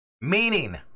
Meaning